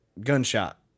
gunshot